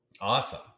Awesome